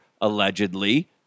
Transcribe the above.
allegedly